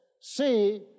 See